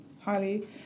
highly